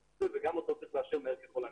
וגם אותו צריך לאשר מהר ככול הניתן.